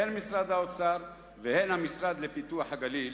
הן משרד האוצר והן המשרד לפיתוח הנגב והגליל